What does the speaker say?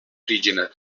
origine